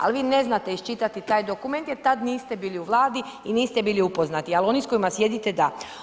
Ali vi ne znate iščitati taj dokument jel tad niste bili u Vladi i niste bili upoznati, ali oni s kojima sjedite da.